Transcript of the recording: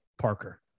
Parker